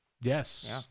Yes